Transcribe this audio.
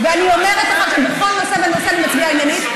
ואני אומרת לך שבכל נושא ונושא אני אצביע עניינית,